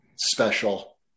Special